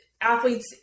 athletes